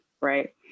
Right